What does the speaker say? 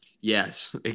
Yes